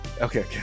okay